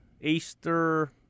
Easter